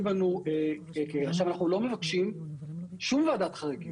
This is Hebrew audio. בנו --- אנחנו לא מבקשים שום ועדת חריגים,